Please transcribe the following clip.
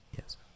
Yes